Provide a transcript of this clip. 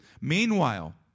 meanwhile